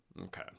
Okay